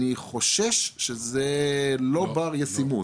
אני חושש שזה לא בר ביצוע,